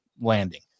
landing